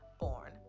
born